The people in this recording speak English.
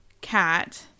cat